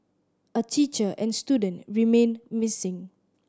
a teacher and student remain missing